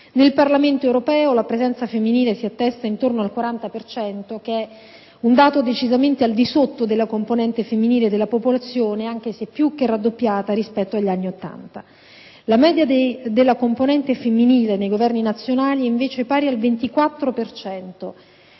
Nel Parlamento europeo, la presenza femminile si attesta intorno al 40 per cento, che è un dato decisamente al di sotto della componente femminile della popolazione, anche se è più che raddoppiata rispetto agli anni Ottanta. La media della componente femminile nei Governi nazionali è invece pari al 24